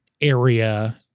area